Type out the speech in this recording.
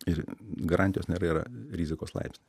ir garantijos nėra yra rizikos laipsniai